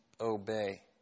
obey